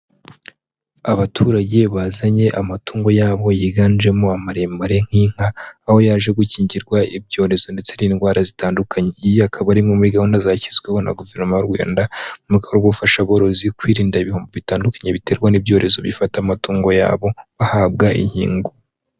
Abaturage bazanye amatungo yabo yiganjemo amaremare nk'inka, aho yaje gukingirwa ibyorezo ndetse n'indwara zitandukanye, iyi akaba ari imwe muri gahunda zashyizweho na Guverinoma y'u Rwanda, mu rwo gufasha aborozi kwirinda ibihombo bitandukanye biterwa n'ibyorezo bifata amatungo yabo bahabwa inkingo.